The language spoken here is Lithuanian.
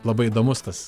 labai įdomus tas